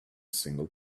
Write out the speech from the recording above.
single